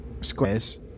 squares